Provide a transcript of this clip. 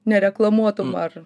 nereklamuotum ar